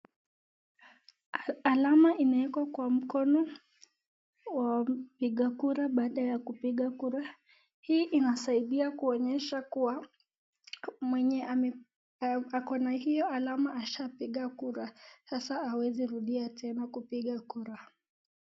Alama inaekwa kwa mkono wa mpiga kura baada ya kupiga kura. Hii inasaidia kuonyesha kuwa mwenye ako na hiyo alama ashapiga kura, sasa hawezi rudia tena kupiga kura.